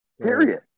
period